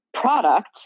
product